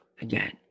Again